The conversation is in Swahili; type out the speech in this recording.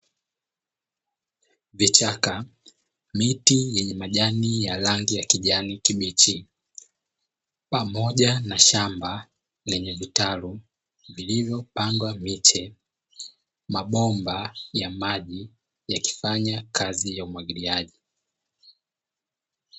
Vichaka miti yenye majani ya rangi ya kijani kibichi pamoja na shamba lenye vitalu vilivyopandwa miche, mabomba ya maji yakifanya kazi ya umwagiliaji.